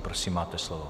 Prosím, máte slovo.